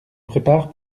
prépare